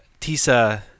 TISA